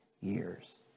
years